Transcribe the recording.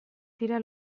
dira